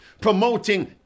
Promoting